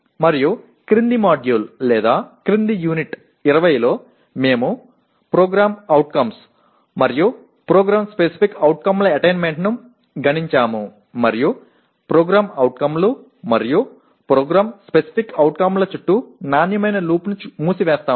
మరియు క్రింది మాడ్యూల్ లేదా క్రింది యూనిట్ 20 లో మేము PO లు మరియు PSO ల అటైన్మెంట్ ను గణించాము మరియు PO లు మరియు PSO ల చుట్టూ నాణ్యమైన లూప్ను మూసివేస్తాము